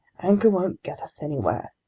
anger won't get us anywhere.